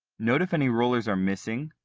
note if any rollers are missing,